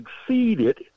succeeded